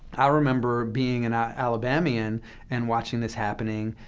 i remember being an ah alabamian and watching this happening.